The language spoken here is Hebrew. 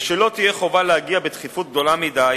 ושלא תהיה חובה להגיע בתכיפות גדולה מדי